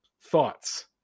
Thoughts